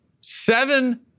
seven